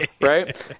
right